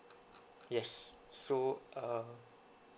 yes so uh